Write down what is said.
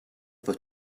for